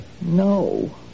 No